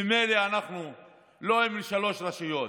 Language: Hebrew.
ממילא אנחנו לא עם שלוש רשויות.